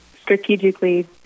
strategically